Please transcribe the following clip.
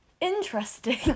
Interesting